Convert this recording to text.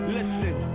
Listen